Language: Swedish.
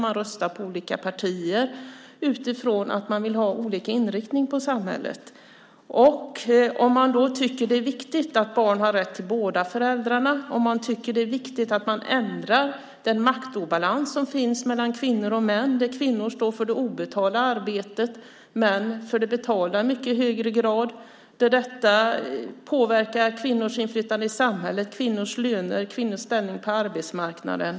Man röstar på olika partier utifrån att man vill ha olika inriktning på samhället. Man kanske tycker att barn har rätt till båda föräldrarna och att det är viktigt att man ändrar den maktobalans som finns mellan kvinnor och män, där kvinnor står för det obetalda arbetet och män i mycket högre grad för det betalda. Detta påverkar kvinnors inflytande i samhället, kvinnors löner och kvinnors ställning på arbetsmarknaden.